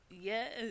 Yes